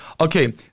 Okay